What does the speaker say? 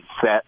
set